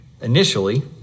initially